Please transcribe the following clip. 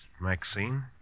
Maxine